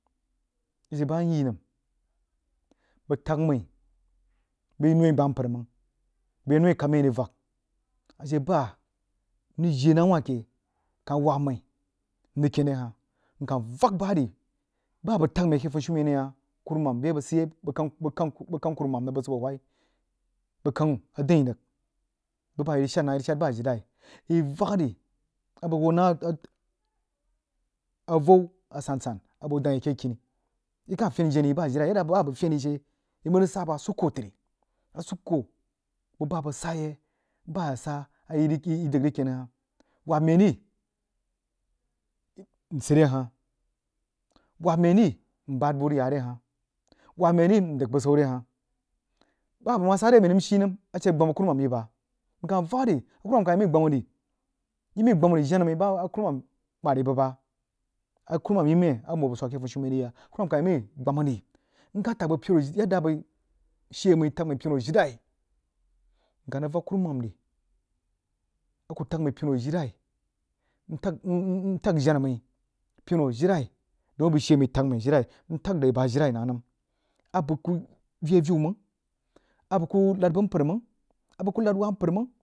Ashe ba myenəm bəg təg mai bai noi gbah mpər məg, bai noi kab mai rig vak nkah nrig jii nah wah ke kah wabba mai nrig ken rehah nkah vak bəg ri ba bəg tag nəng keh funishumen hah kununam beh abəg sid yei, bəg kano kuruman rig bəg sid buoh hwai, bəg kang a dain rig bu bayi rig shad hab ivak ri a bəg huoh nah a van asan- san a bəg dangha yi ke kni yi kah fein jenna yi yadda bah bəg fain yi shee yi mə rig sa bəg suo tri bəg ba bəg sa yi bah asa ayi dagha rig ken hah wabba meh ri nsid re hah wabba mai ri mbad bu rig ya re huh, wabba mai ri ndagha busau re hah, ba bəg ma sa re mai nəm shi nəm ashe gbam a kurumam yi bəg nka vak ri gboun ri jenna mai ban kurumam mad yi bəg bah, a kuromin yimai a swak keh fini shumen ri bah, a kurumam yi mai a swak keh fiini shumen ri hab, a kurumam kah yi mai gbam ri nka tag bəg penu a bəg shee mai tag mai ajirenai nka ng vak kkurumam ti aku tag mai penu ntag jenna mai penu ayirenai daun abəg ku veuyeh- viu məg a bəg ku nad bəg mpər məng a bəg ku nad waah inpərməng.